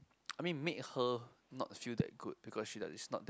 I mean made her not feel that good because she like is not that